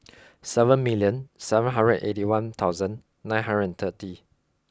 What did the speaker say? seven million seven hundred eighty one thousand nine hundred and thirty